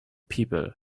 people